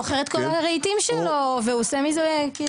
הוא מוכר את כל הרהיטים שלו והוא עושה מזה כאילו.